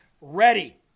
ready